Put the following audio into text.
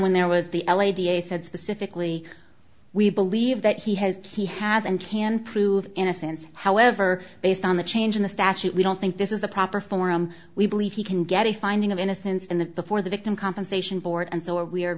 when there was the l a d a said specifically we believe that he has he has and can prove innocence however based on the change in the statute we don't think this is the proper forum we believe he can get a finding of innocence in the for the victim compensation board and so are we are